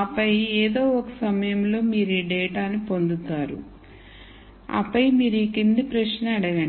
ఆపై ఏదో ఒక సమయంలో మీరు ఈ డేటాను పొందుతారు ఆపై మీరు ఈ క్రింది ప్రశ్న అడగండి